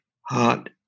heart